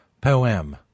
poem